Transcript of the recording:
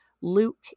Luke